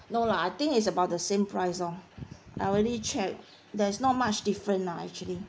no lah I think it's about the same price orh I already check there is not much different lah actually